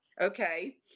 okay